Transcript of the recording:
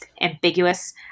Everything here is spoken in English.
ambiguous